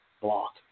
block